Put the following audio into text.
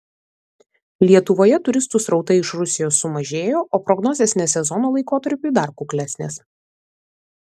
lietuvoje turistų srautai iš rusijos sumažėjo o prognozės ne sezono laikotarpiui dar kuklesnės